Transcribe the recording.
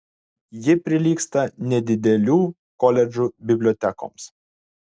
ji prilygsta nedidelių koledžų bibliotekoms